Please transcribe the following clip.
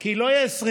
כי לא יהיה 25